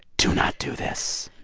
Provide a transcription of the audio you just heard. do not do this.